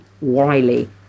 Wiley